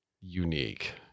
unique